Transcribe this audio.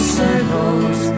circles